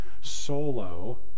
solo